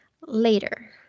later